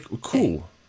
cool